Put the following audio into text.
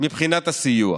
מבחינת הסיוע.